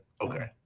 Okay